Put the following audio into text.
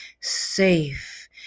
safe